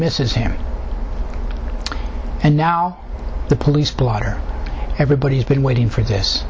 misses him and now the police blotter everybody has been waiting for this